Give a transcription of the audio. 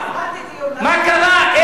מה קרה?